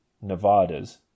Nevadas